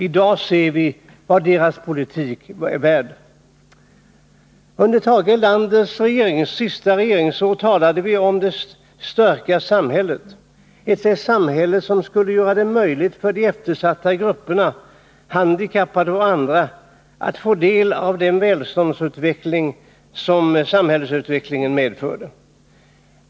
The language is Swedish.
I dag ser vi vad deras politik är värd. Under Tage Erlanders sista regeringsår talade vi om det starka samhället, ett samhälle som skulle göra det möjligt för de eftersatta grupperna — handikappade och andra — att få del av det välstånd som samhällsutvecklingen medförde.